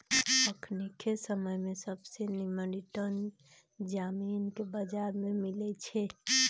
अखनिके समय में सबसे निम्मन रिटर्न जामिनके बजार में मिलइ छै